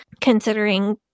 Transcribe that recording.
considering